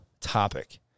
topic